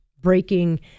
breaking